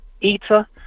eater